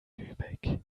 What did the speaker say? lübeck